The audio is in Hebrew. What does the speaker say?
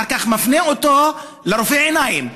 אחר כך הפנה אותו לרופא עיניים,